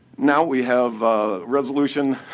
now, we have a resolution